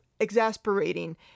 exasperating